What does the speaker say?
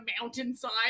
mountainside